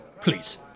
please